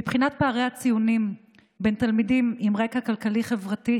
מבחינת פערי הציונים בין תלמידים על בסיס רקע כלכלי-חברתי,